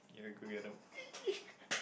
ya go get them